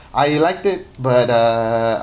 I like it but uh